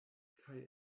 kaj